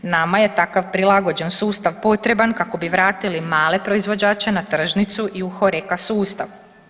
Nama je takav prilagođen sustav potreban kako bi vratili male proizvođače na tržnicu i u HORECA sustav.